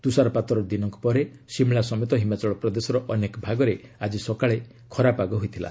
ତୁଷାରପାତର ଦିନକ ପରେ ଶିମଳା ସମେତ ହିମାଚଳ ପ୍ରଦେଶର ଅନେକ ଭାଗରେ ଆଜି ସକାଳେ ଖରାପାଗ ହୋଇଥିଲା